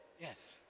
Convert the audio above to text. Yes